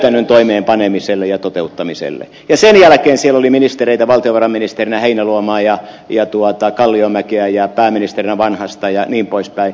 toinen toimeenpanemiselle ja toteuttamiseen ja sen jälkeen se oli ministereitä valtiovarainministerinä heinäluomaa ja vie tuottaa kalliomäkiä ja pääministerinä vanhasta jää niin poispäin